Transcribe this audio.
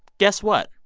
guess what?